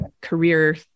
career